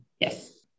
Yes